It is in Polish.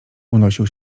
unosił